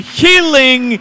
healing